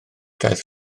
daeth